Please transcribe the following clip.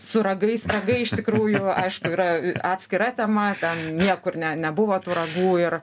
su ragais ragai iš tikrųjų aišku yra atskira tema ten niekur ne nebuvo tų ragų ir